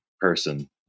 person